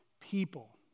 people